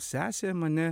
sesė mane